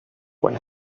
quan